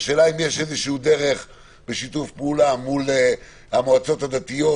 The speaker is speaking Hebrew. האם יש איזושהי דרך בשיתוף פעולה מול המועצות הדתיות,